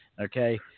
okay